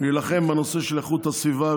להילחם בנושא של איכות הסביבה,